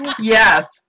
Yes